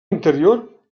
interior